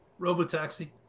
RoboTaxi